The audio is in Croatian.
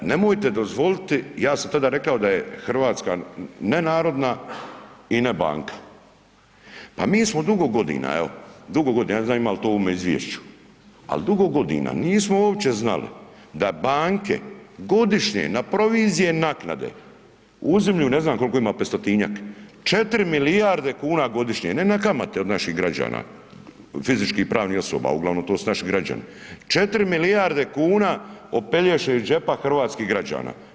Pa nemojte dozvoliti, ja sam tada rekao da je Hrvatska nenarodna i ne banka, pa mi smo dugo godina, evo dugo godina, ne znam ima li to u ovome izvješću, al dugo godina nismo uopće znali da banke godišnje na provizije i naknade uzimlju ne znam kolko ima 500-tinjak, 4 milijarde kuna godišnje, ne na kamate od naših građana, fizičkih i pravnih osoba, uglavnom to su naši građani, 4 milijarde kuna opelješe iz džepa hrvatskih građana.